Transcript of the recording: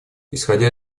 исходя